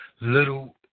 little